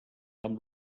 amb